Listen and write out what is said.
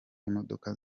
imodoka